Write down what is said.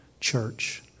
church